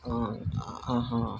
ఆహా